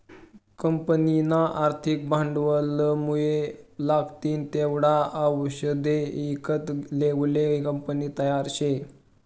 कंपनीना आर्थिक भांडवलमुये लागतीन तेवढा आवषदे ईकत लेवाले कंपनी तयार शे